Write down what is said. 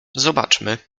zobaczmy